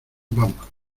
vamos